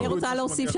אני רוצה להוסיף,